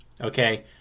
Okay